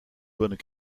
bonnes